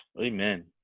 Amen